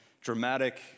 dramatic